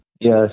Yes